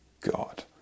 God